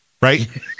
right